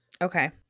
Okay